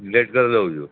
delete કર દઉં છું